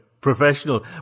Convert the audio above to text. Professional